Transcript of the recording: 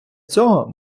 цього